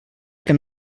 que